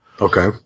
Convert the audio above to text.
Okay